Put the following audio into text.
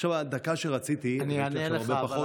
עכשיו הדקה שרציתי, ויש לי עכשיו הרבה פחות.